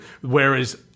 Whereas